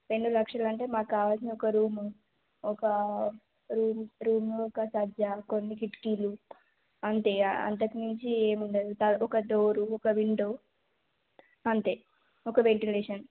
రెండు లక్షలు అంటే మాకు కావలసింది ఒక రూమ్ ఒక రూమ్ ఒక సజ్జా కొన్ని కిటికీలు అంతే అంతకుమించి ఏమి ఉండదు ఒక డోరు ఒక విండో అంతే ఒక వెంటిలేషన్